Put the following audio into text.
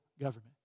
government